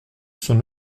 son